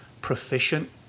proficient